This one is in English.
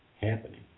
happening